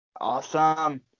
Awesome